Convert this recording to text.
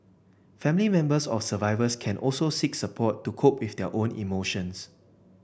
family members of survivors can also seek support to cope with their own emotions